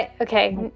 Okay